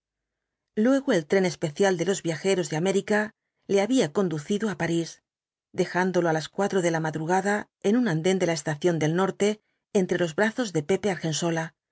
luego el tren especial de los viajeros de américa le había conducido á parís dejándolo á las cuatro de la madrugada en un andén de la estación del norte entre los brazos de pepe argensola